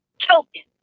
Choking